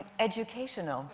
educational.